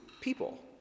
people